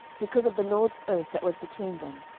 because of the lord's oath that was between them,